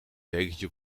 dekentje